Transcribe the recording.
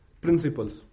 principles